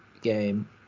game